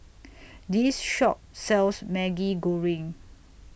This Shop sells Maggi Goreng